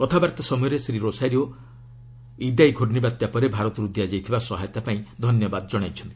କଥାବାର୍ତ୍ତା ସମୟରେ Shri Rosario Idai ଘର୍ଷ୍ଣି ବାତ୍ୟା ପରେ ଭାରତର୍ ଦିଆଯାଇଥିବା ସହାୟତା ପାଇଁ ଧନ୍ୟବାଦ ଜଣାଇଥିଲେ